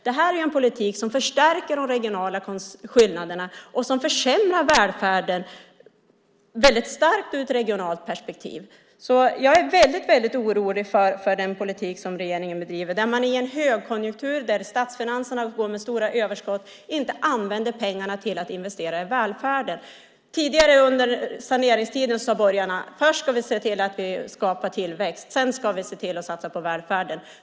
Detta är en politik som förstärker de regionala skillnaderna och som försämrar välfärden starkt i ett regionalt perspektiv. Jag är väldigt orolig för den politik som regeringen bedriver, där man i en högkonjunktur där statsfinanserna går med stora överskott inte använder pengarna till att investera i välfärden. Tidigare, under saneringstiden, sade borgarna: Först ska vi se till att vi skapar tillväxt. Sedan ska vi se till att satsa på välfärden.